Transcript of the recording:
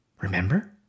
Remember